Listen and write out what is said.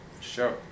Sure